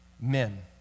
men